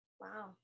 Wow